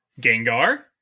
Gengar